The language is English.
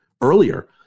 earlier